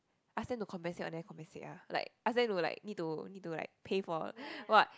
ask them to compensate or never compensate ah like ask them to like need to need to like pay for what